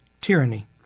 tyranny